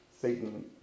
Satan